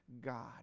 God